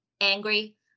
angry